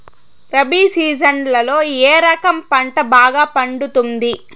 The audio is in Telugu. రబి సీజన్లలో ఏ రకం పంట బాగా పండుతుంది